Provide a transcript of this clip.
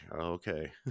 okay